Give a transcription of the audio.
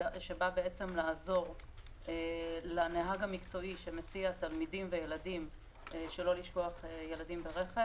שבא לעזור לנהג המקצועי שמסיע תלמידים וילדים שלא לשכוח ילדים ברכב.